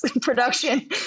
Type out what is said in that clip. production